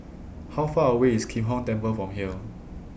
How Far away IS Kim Hong Temple from here